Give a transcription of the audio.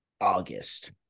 August